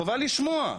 חובה לשמוע,